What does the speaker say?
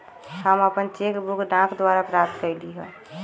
हम अपन cheque book डाक द्वारा प्राप्त कईली ह